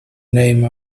name